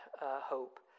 hope